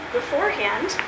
beforehand